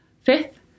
fifth